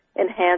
enhance